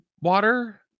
water